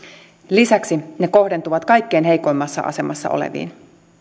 lisäksi ne kohdentuvat kaikkein heikoimmassa asemassa oleviin